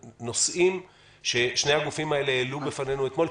הנושאים ששני הגופים האלו העלו בפנינו אתמול,